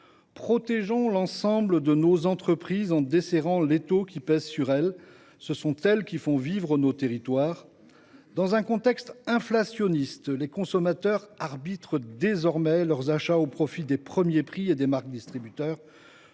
Protégeons l’ensemble de nos entreprises en desserrant l’étau qui les contraint, car ce sont elles qui font vivre nos territoires.